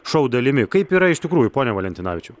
šou dalimi kaip yra iš tikrųjų pone valentinavičiau